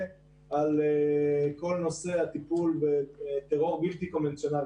ועל כל נושא הטיפול בטרור בלתי קונבנציונלי